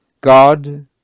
God